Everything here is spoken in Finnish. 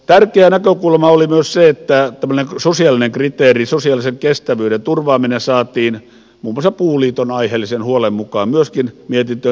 tärkeä näkökulma oli myös se että tämmöinen sosiaalinen kriteeri sosiaalisen kestävyyden turvaaminen saatiin muun muassa puuliiton aiheellisen huolen mukaan myöskin mietintöön